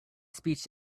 speech